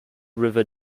river